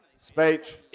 Speech